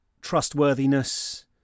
trustworthiness